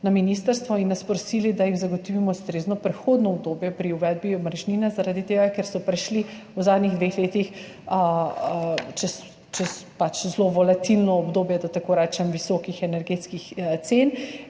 na ministrstvo in nas prosili, da jim zagotovimo ustrezno prehodno obdobje pri uvedbi omrežnine zaradi tega, ker so prišli v zadnjih dveh letih čez zelo volatilno obdobje, da tako rečem, visokih energetskih cen,